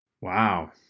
Wow